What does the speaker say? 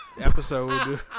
episode